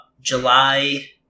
July